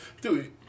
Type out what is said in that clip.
Dude